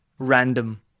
Random